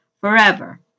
forever